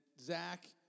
Zach